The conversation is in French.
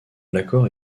l’accord